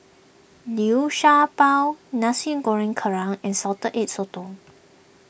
Liu Sha Bao Nasi Goreng Kerang and Salted Egg Sotong